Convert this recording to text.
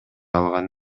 алган